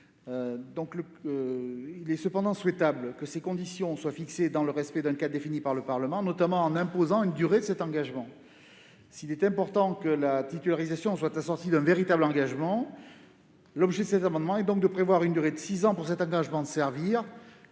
Il est cependant souhaitable que ces conditions soient fixées dans le respect d'un cadre défini par le Parlement, notamment en imposant une durée de cet engagement. Il est important que la titularisation soit assortie d'un véritable engagement. L'objet cet amendement est donc de prévoir une durée de six ans pour cet engagement de servir,